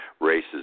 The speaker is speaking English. races